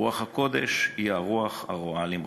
רוח הקודש היא הרוח הרואה למרחוק".